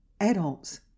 Adults